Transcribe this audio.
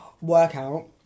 workout